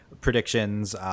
predictions